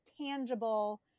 tangible